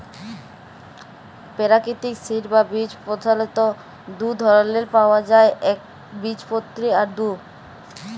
পেরাকিতিক সিড বা বীজ পধালত দু ধরলের পাউয়া যায় একবীজপত্রী আর দু